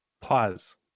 pause